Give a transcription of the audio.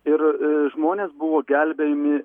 ir žmonės buvo gelbėjami